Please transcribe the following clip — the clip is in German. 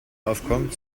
aufkommt